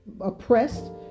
oppressed